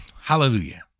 Hallelujah